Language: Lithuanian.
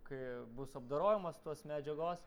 kai bus apdorojimas tos medžiagos